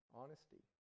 honesty